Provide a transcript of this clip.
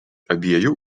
abiejų